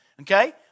okay